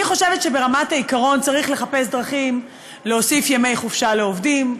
אני חושבת שברמת העיקרון צריך לחפש דרכים להוסיף ימי חופשה לעובדים,